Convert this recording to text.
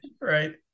right